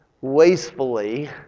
wastefully